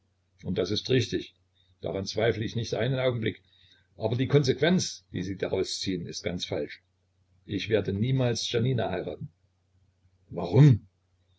und das ist richtig daran zweifle ich nicht einen augenblick aber die konsequenz die sie daraus ziehen ist ganz falsch ich werde niemals janina heiraten warum